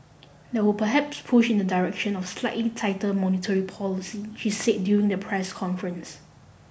that would perhaps push in the direction of slightly tighter monetary policy she said during the press conference